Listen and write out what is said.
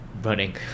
running